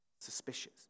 suspicious